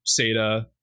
sata